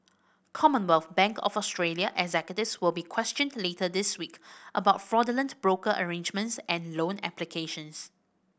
Commonwealth Bank of Australia executives will be questioned later this week about fraudulent broker arrangements and loan applications